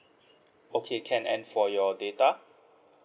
okay can and for your data